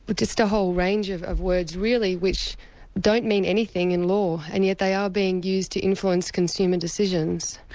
but just a whole range of of words really which don't mean anything in law, and yet they are being used to influence consumer decisions.